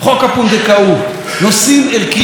נושאים ערכיים מהמעלה הראשונה.